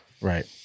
Right